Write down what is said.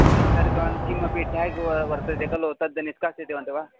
यद् धारितवान् किमपि ट्याग् वर्तते खलु तद् निष्कासितवन्तः वा